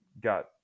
got